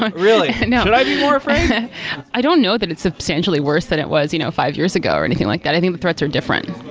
i don't know but i be more afraid? i don't know that it's substantially worse than it was you know five years ago or anything like that. i think the threats are different.